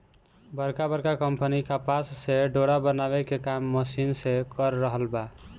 बड़का बड़का कंपनी कपास से डोरा बनावे के काम मशीन से कर रहल बा